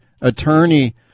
attorney